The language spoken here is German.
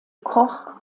koch